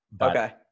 Okay